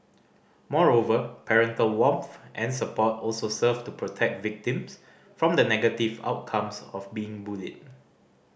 moreover parental warmth and support also serve to protect victims from the negative outcomes of being bullied